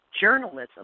journalism